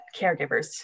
caregivers